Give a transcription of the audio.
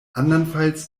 andernfalls